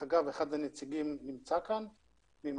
דרך אגב, אחד הנציגים נמצא כאן מפא"ת.